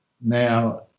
Now